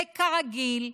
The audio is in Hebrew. וכרגיל,